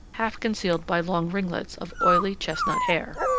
half-concealed by long ringlets of oily chestnut hair.